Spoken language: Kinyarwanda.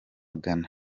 ghana